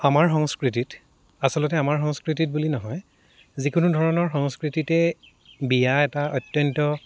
আমাৰ সংস্কৃতিত আচলতে আমাৰ সংস্কৃতিত বুলি নহয় যিকোনো ধৰণৰ সংস্কৃতিতে বিয়া এটা অত্যন্ত